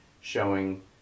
showing